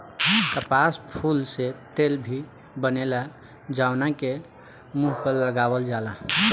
कपास फूल से तेल भी बनेला जवना के मुंह पर लगावल जाला